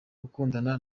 gukundana